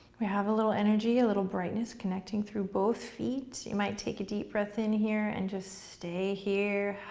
we have a little energy, a little brightness connecting through both feet. you might take a deep breath in here and just stay here.